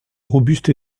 robuste